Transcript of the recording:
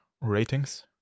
ratings